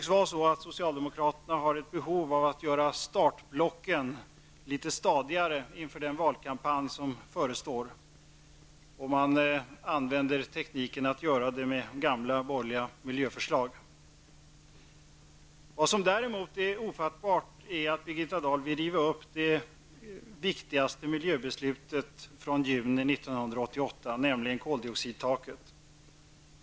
Socialdemokraterna tycks ha ett behov av att göra startblocken litet stadigare inför den valkampanj som förestår, och man använder tekniken att göra det med gamla borgerliga miljöförslag. Vad som däremot är ofattbart är att Birgitta Dahl vill riva upp det viktigaste miljöpolitiska beslutet, nämligen det från juni 1988 om ett koldioxidtak.